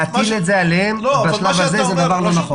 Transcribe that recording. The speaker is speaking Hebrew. להטיל את זה עליהן כי זה דבר לא נכון.